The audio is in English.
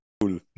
Cool